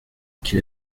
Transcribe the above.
qu’il